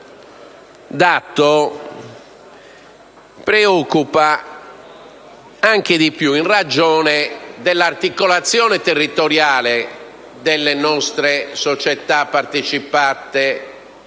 dato preoccupa maggiormente in ragione dell'articolazione territoriale delle nostre società partecipate